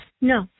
No